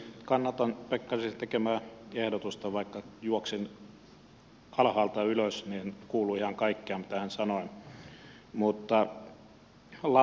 kannatan pekkarisen tekemää ehdotusta vaikka kun juoksin alhaalta ylös niin en kuullut ihan kaikkea mitä hän sanoi